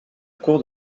cour